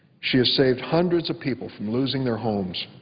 she has saved hundreds of people from losing their homes.